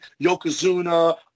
yokozuna